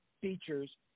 features